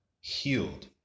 healed